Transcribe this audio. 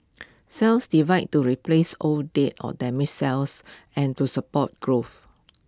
cells divide to replace old dead or damaged cells and to support growth